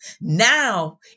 Now